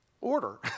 order